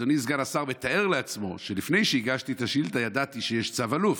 אדוני סגן השר מתאר לעצמו שלפני שהגשתי את השאילתה ידעתי שיש צו אלוף,